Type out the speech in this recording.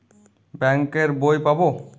Bank এর বই পাবো?